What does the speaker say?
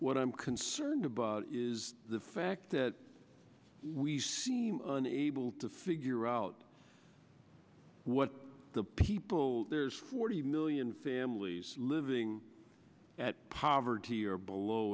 what i'm concerned about is the fact that we seem unable to figure out what the people there's forty million families living at poverty or below